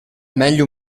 meglio